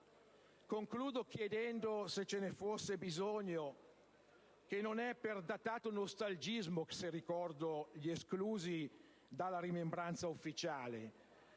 sottolineando, se ce ne fosse bisogno, che non è per datato nostalgismo se ricordo gli esclusi dalla rimembranza ufficiale: